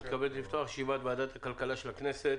אני מתכבד לפתוח את ישיבת ועדת הכלכלה של הכנסת,